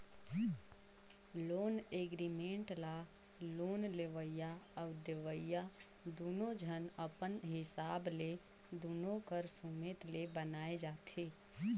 loan agreement ल loan लेवइया अउ देवइया दुनो झन अपन हिसाब ले दुनो कर सुमेत ले बनाए जाथें